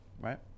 right